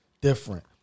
different